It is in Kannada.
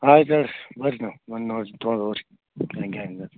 ಆಯ್ತು ಬರ್ರಿ ನೀವು ಬಂದ್ ನೋಡಿರಿ ಹೋಗ್ರಿ ಹೆಂಗೆ ಹೆಂಗೆ